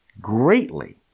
greatly